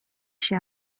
się